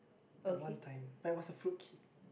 that one time I was the a fruit cake